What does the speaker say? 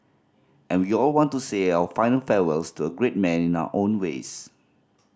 and we all want to say our final farewells to a great man in our own ways